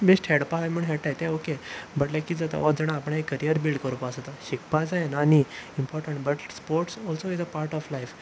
बेश्टें खेळपा जाय म्हूण खेळटात तें ओके बट लायक किदें जाता अर्द जाण आपणाले एक करियर बिल्ड करपा आसता शिकपाक जाय आनी important but sports also is a part of life